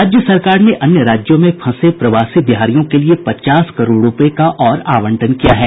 राज्य सरकार ने अन्य राज्यों में फंसे प्रवासी बिहारियों के लिए पचास करोड़ रूपये का और आवंटन किया है